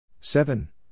Seven